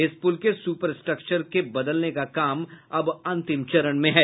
इस पुल के सुपर स्ट्रक्चर बदलने का काम अंतिम चरण में है